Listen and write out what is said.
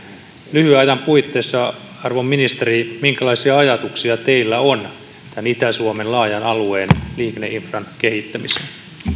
lyhyen ajan puitteissa arvon ministeri minkälaisia ajatuksia teillä on tämän itä suomen laajan alueen liikenneinfran kehittämisestä